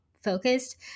focused